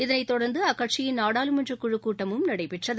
இதனைத் தொடர்ந்து அக்கட்சியின் நாடாளுமன்றக் குழுக் கூட்டமும் நடைபெற்றது